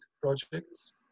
projects